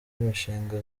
imishinga